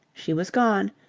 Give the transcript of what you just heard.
she was gone,